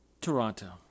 Toronto